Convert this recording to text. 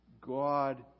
God